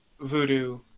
voodoo